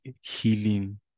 healing